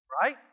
Right